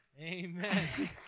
Amen